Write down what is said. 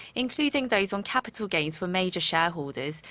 including those on capital gains for major shareholders,